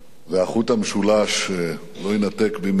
והחוט המשולש לא יינתק במהרה.